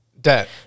debt